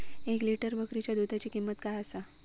एक लिटर बकरीच्या दुधाची किंमत काय आसा?